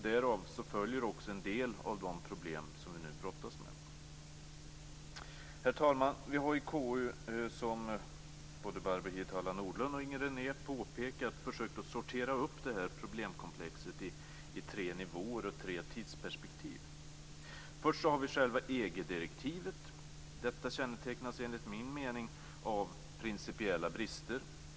Därav följer en del av de problem som vi nu brottas med. Herr talman! Vi har i KU, som både Barbro Hietala Nordlund och Inger René påpekat, försökt att sortera problemkomplexet i tre nivåer och tre tidsperspektiv. För det första har vi själva EG-direktivet. Det kännetecknas enligt min mening av principiella brister.